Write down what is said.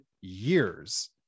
years